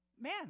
man